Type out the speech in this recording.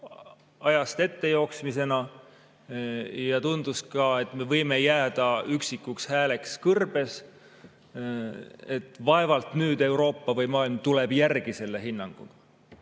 ajast ette jooksmisena ja tundus ka, et me võime jääda üksikuks hääleks kõrbes, sest vaevalt Euroopa või maailm tuleb järele sellise